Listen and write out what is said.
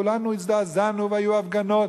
כולנו הזדעזענו והיו הפגנות,